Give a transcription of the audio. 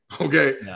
okay